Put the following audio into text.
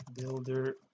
builder